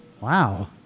Wow